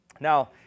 Now